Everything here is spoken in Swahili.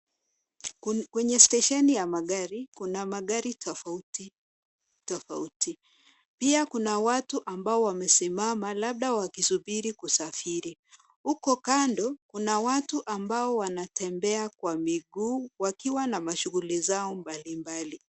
Kwenye stesheni ya magari, kuna magari tofauti tofauti. Pia kuna watu ambao wamesimama, labda wakisubiri kusafiri. Huko kando, kuna watu ambao wanatembea kwa miguu, wakiwa na mashughuli zao mbalimbali.